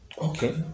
Okay